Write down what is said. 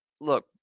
look